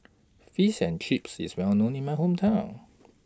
Fish and Chips IS Well known in My Hometown